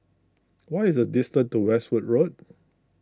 what is the distance to Westwood Road